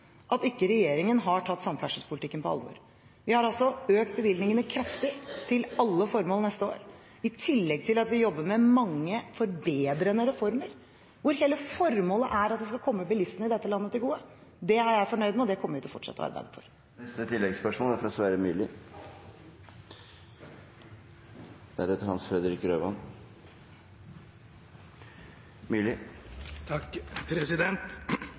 at ikke regjeringen har tatt samferdselspolitikken på alvor. Vi har altså økt bevilgningene kraftig til alle formål neste år, i tillegg til at vi jobber med mange forbedrende reformer, hvor hele formålet er at det skal komme bilistene i dette landet til gode. Det er jeg fornøyd med, og det kommer vi til å fortsette å arbeide for.